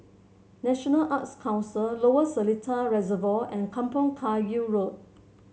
National Arts Council Lower Seletar Reservoir and Kampong Kayu Road